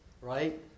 Right